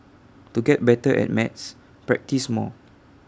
to get better at maths practise more